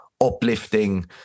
uplifting